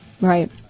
Right